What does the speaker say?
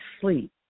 sleep